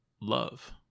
love